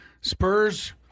Spurs